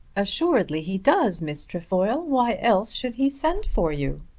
assuredly he does, miss trefoil. why else should he send for you?